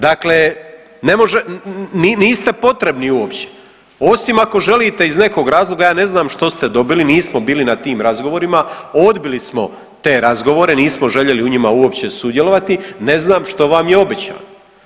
Dakle ne može, niste potrebni uopće osim ako želite iz nekog razloga, ja ne znam što ste dobili, nismo bili na tim razgovorima, odbili smo te razgovore, nismo željeli u njima uopće sudjelovati, ne znam što vam je obećano.